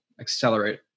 Accelerate